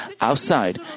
outside